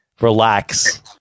relax